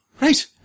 Right